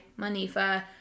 Manifa